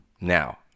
Now